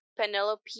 Penelope